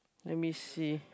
let me see